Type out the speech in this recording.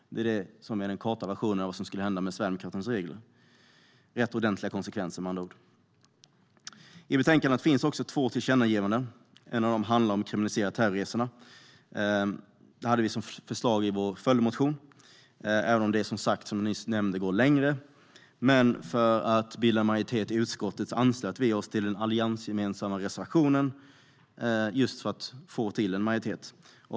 Det är det som är den korta versionen av vad som skulle hända med Sverigedemokraternas regler - rätt ordentliga konsekvenser, med andra ord. I betänkandet finns också två tillkännagivanden. Ett av dem handlar om att kriminalisera terrorresorna. Vi hade det som förslag i vår följdmotion, även om vi som jag nyss nämnde vill gå längre. Men för att bilda majoritet i utskottet anslöt vi oss till den alliansgemensamma reservationen just för att få till en majoritet.